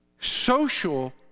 social